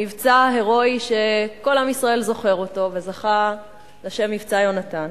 במבצע הירואי שכל עם ישראל זוכר אותו וזכה לשם "מבצע יונתן".